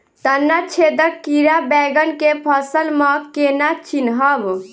तना छेदक कीड़ा बैंगन केँ फसल म केना चिनहब?